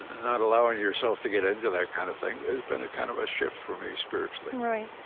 not allowing yourself to get into that kind of thing has been a kind of a shift for me spiritually right.